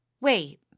Wait